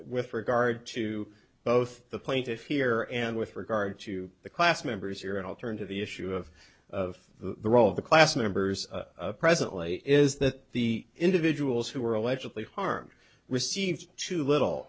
with regard to both the plaintiff here and with regard to the class members here and i'll turn to the issue of of the role of the class members presently is that the individuals who were allegedly harmed received too little